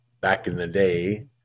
back-in-the-day